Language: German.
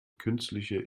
künstliche